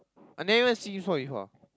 I never even see before you saw before ah